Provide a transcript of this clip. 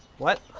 what?